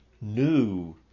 new